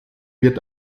wird